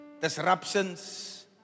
disruptions